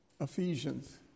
Ephesians